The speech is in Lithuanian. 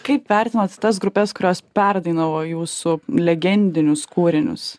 kaip vertinate tas grupes kurios perdainavo jūsų legendinius kūrinius